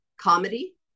comedy